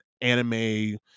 anime